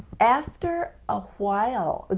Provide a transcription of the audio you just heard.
after a while,